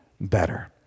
Better